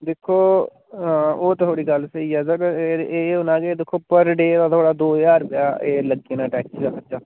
दिक्खो ओह् ते थुआढ़ी गल्ल स्हेई ऐ अगर एह् होना कि दिक्खो पर डे दा थुआढ़ा दो ज्हार रपेआ एह् लग्गी जाना टैक्सी दा